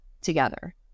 together